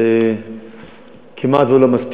אז הוא כמעט לא מספיק,